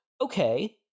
okay